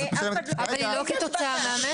אז את משלמת --- אבל היא לא כתוצאה מהמטרו.